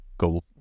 go